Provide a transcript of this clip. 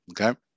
Okay